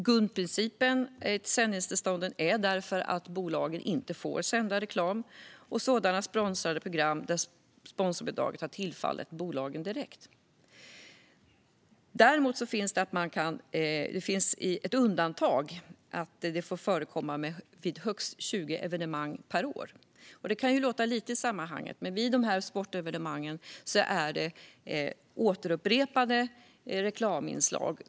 Grundprincipen för sändningstillstånden är därför att bolagen inte får sända reklam och sponsrade program där sponsorbidraget har tillfallit bolaget direkt. Däremot finns det ett undantag om att det får förekomma vid högst 20 evenemang per år. Det kan låta som lite i sammanhanget. Men vid de sportevenemangen är det återupprepade reklaminslag.